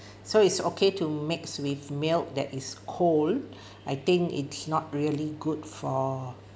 so it's okay to mix with milk that is cold I think it's not really good for